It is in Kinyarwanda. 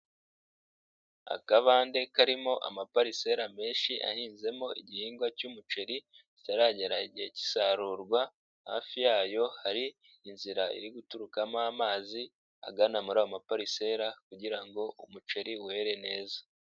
Akabande karimo amaparisera menshi ahinzemo igihingwa cy'umuceri kitaragera igihe kisarurwa, hafi yayo hari inzira iri guturukamo amazi agana muri ayo maparisera kugira ngo umuceri were neza.